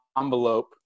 envelope